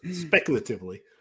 Speculatively